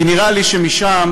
כי נראה לי שמשם,